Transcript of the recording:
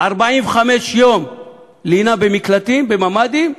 45 יום לינה במקלטים ובממ"דים?